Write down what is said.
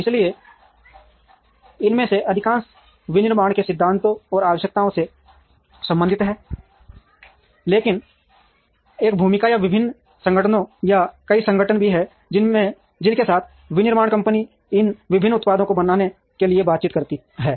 इसलिए इनमें से अधिकांश विनिर्माण के सिद्धांतों और आवश्यकताओं से संबंधित हैं लेकिन एक भूमिका या विभिन्न संगठन या कई संगठन भी हैं जिनके साथ विनिर्माण कंपनी इन विभिन्न उत्पादों को बनाने के लिए बातचीत करती है